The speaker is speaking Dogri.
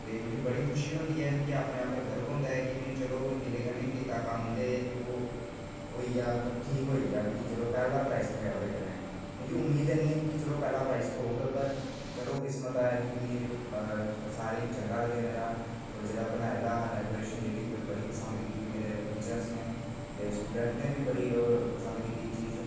ते मिगी बड़ी खुशी होंदी ऐ मिगी अपने उप्पर गर्व होंदा ऐ कि में चलो दिलै कन्नै कीता कम्म ते ओह् होई गेआ ठीक होइया चलो मिदी पैह्ला प्राईज थ्होया ओह्दे च मिगी उम्मीद नेईं ही कि मिगी पैह्ला प्रईज थ्होग पर किस्मत ऐही चलो चंगा लगेआ सारें गी जेह्ड़ा बनाए दा हा डैकोरेशन बड़ी पसंद कीती टीचरस नै ते स्टूडैंटस ने बी बड़ी पसंद कीती चीज